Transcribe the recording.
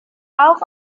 auch